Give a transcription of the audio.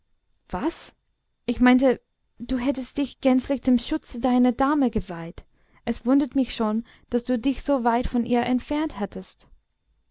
was ich meinte du hättest dich gänzlich dem schutze deiner dame geweiht es wundert mich schon daß du dich so weit von ihr entfernt hattest